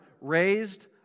raised